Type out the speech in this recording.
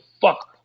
fuck